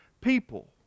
people